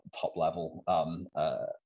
top-level